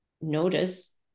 notice